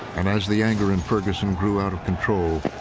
and as the anger in ferguson grew out of control,